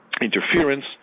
interference